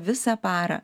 visą parą